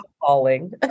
falling